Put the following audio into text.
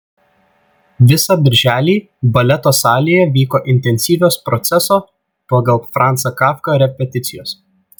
visą birželį baleto salėje vyko intensyvios proceso pagal franzą kafką repeticijos